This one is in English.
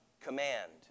command